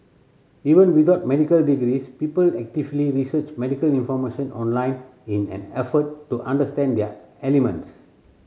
even without medical degrees people actively research medical information online in an effort to understand their ailments